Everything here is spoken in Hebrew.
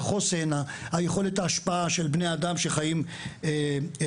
בתחושת יכולת ההשפעה של בני אדם שחיים במרחב.